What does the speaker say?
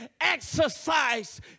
exercise